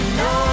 no